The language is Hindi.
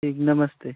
ठीक नमस्ते